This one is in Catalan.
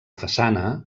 façana